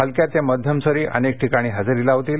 हलक्या ते मध्यम सरी अनेक ठिकाणी हजेरी लावतील